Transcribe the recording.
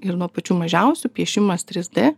ir nuo pačių mažiausių piešimas trys d